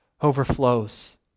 overflows